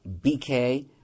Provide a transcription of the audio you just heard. BK